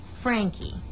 Frankie